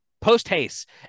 post-haste